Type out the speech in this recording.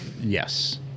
Yes